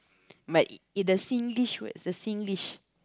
but in the Singlish word the Singlish